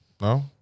No